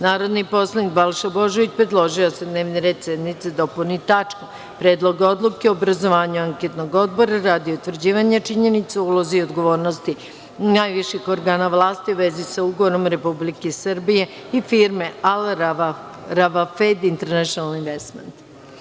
Narodni poslanik Balša Božović predložio je da se dnevni red sednice dopuni tačkom – Predlog odluke o obrazovanju Anketnog odbora radi utvrđivanja činjenica o ulozi i odgovornosti najviših organa vlasti u vezi sa Ugovorom Republike Srbije i firme Al Rawafed International Investment.